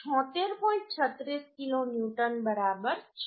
36 kilo newton બરાબર છે